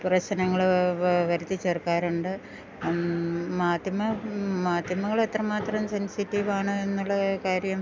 പ്രശ്നങ്ങൾ വരുത്തി ചേർക്കാറുണ്ട് മാധ്യമങ്ങൾ എത്ര മാത്രം സെൻസിറ്റീവാണ് എന്നുള്ള കാര്യം